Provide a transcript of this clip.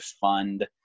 fund